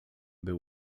był